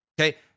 Okay